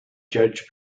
judge